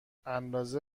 اندازه